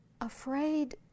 afraid